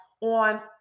on